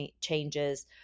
changes